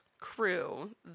Crew